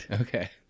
Okay